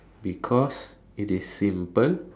because it is simple